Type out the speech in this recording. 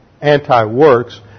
anti-works